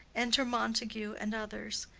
enter montague and others.